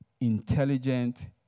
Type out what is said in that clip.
intelligent